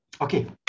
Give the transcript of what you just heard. Okay